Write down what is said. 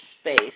space